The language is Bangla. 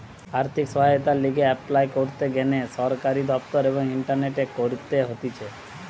আর্থিক সহায়তার লিগে এপলাই করতে গ্যানে সরকারি দপ্তর এবং ইন্টারনেটে করতে হতিছে